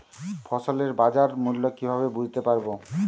ফসলের বাজার মূল্য কিভাবে বুঝতে পারব?